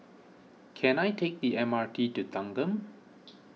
can I take the M R T to Thanggam